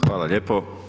Hvala lijepo.